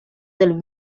del